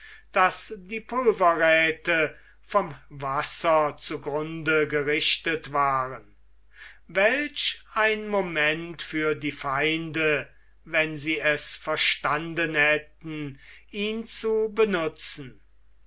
daß die pulvervorräthe vom wasser zu grunde gerichtet waren welch ein moment für die feinde wenn sie es verstanden hätten ihn zu benutzen